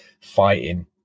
fighting